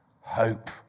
hope